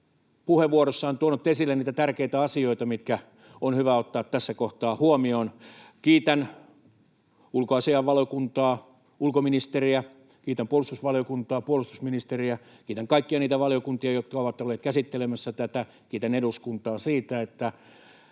puheenvuorossaan tuonut esille niitä tärkeitä asioita, mitkä on hyvä ottaa tässä kohtaa huomioon. Kiitän ulkoasiainvaliokuntaa, ulkoministeriä, kiitän puolustusvaliokuntaa, puolustusministeriä, kiitän kaikkia niitä valiokuntia, jotka ovat olleet käsittelemässä tätä. Kiitän eduskuntaa siitä, että